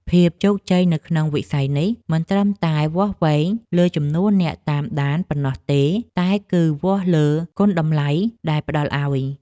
ភាពជោគជ័យនៅក្នុងវិស័យនេះមិនត្រឹមតែវាស់វែងលើចំនួនអ្នកតាមដានប៉ុណ្ណោះទេតែគឺវាស់លើគុណតម្លៃដែលផ្ដល់ឱ្យ។